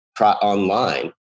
online